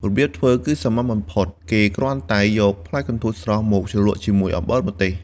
របៀបធ្វើគឺសាមញ្ញបំផុត គេគ្រាន់តែយកផ្លែកន្ទួតស្រស់មកជ្រលក់ជាមួយអំបិលម្ទេស។